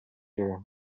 year